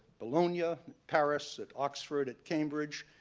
bologna, ah paris, at oxford, at cambridge,